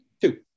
two